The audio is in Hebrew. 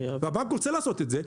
והבנק רוצה לעשות את זה,